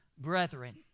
brethren